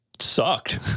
sucked